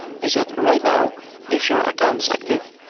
is that right now if your account is active,